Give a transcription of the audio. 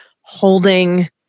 holding